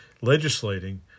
legislating